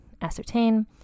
ascertain